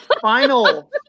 final